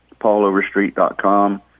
pauloverstreet.com